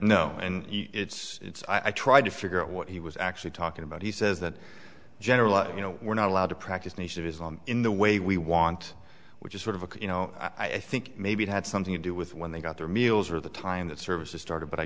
and it's i tried to figure out what he was actually talking about he says that generally you know we're not allowed to practice nice of islam in the way we want which is sort of a you know i think maybe it had something to do with when they got their meals or the time that services started but i